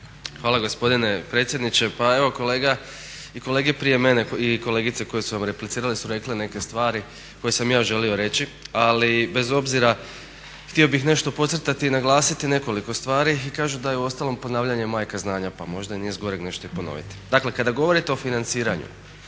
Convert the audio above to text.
Hvala gospodine predsjedniče. Pa evo kolega i kolege prije mene i kolegice koje su vam replicirale su rekle neke stvari koje sam ja želio reći, ali bez obzira htio bih nešto podcrtati, naglasiti nekoliko stvari i kažu da je uostalom ponavljanje majka znanja, pa možda i nije zgoreg nešto i ponoviti. Dakle, kada govorite o financiranju